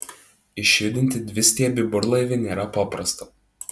išjudinti dvistiebį burlaivį nėra paprasta